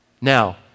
Now